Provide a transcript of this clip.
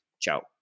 Ciao